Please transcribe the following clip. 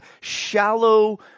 shallow